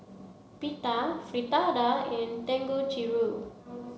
Pita Fritada and Dangojiru